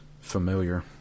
familiar